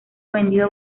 vendido